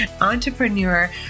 entrepreneur